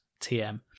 TM